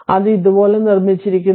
ഇത് ഇതുപോലെയാണ് നിർമ്മിച്ചിരിക്കുന്നത്